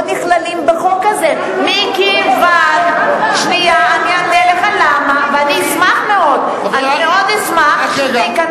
אני רוצה שאחד יגיש בג"ץ למה לא נותנים לו